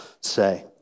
say